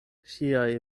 ŝiaj